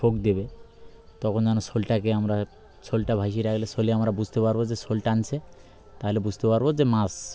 টোপ দেবে তখন যেন শোলটাকে আমরা শোলটা ভাসিয়ে রাখলে শোলে আমরা বুঝতে পারবো যে শোল টানছে তাহলে বুঝতে পারবো যে মাছ